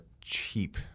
cheap